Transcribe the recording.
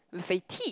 with a T